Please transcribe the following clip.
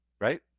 Right